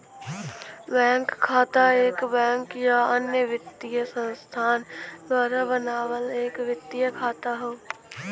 bank खाता एक bank या अन्य वित्तीय संस्थान द्वारा बनावल एक वित्तीय खाता हौ